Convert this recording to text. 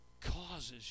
causes